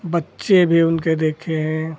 बच्चे भी उनके देखे हैं